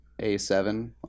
A7